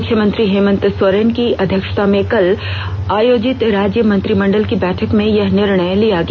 मुख्यमंत्री हेमंत सोरेन की अध्यक्षता में कल आयोजित राज्य मंत्रिमंडल की बैठक में यह निर्णय लिया गया